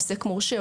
עוסק מורשה,